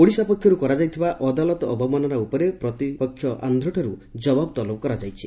ଓଡ଼ିଶା ପକ୍ଷରୁ କରାଯାଇଥିବା ଅଦାଲତ ଅବମାନନା ଉପରେ ପ୍ରତିପକ୍ଷ ଆନ୍ଧ୍ରଠାରୁ ଜବାବ ତଲବ କରାଯାଇଛି